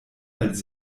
als